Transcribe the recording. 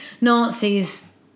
Nazis